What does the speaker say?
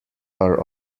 are